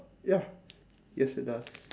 ya yes it does